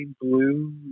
blue